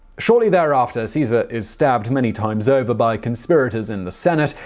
shortly thereafter, caesar is stabbed many times over by conspirators in the senate,